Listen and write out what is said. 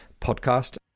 podcast